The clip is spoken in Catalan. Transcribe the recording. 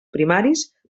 primaris